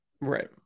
Right